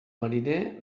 mariner